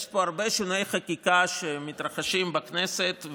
יש פה הרבה שינויי חקיקה שמתרחשים בכנסת,